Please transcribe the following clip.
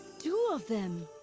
two of them!